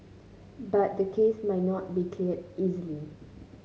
but the case might not be cleared easily